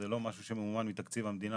זה לא משהו שממומן מתקציב המדינה,